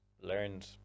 learned